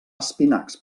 espinacs